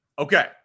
Okay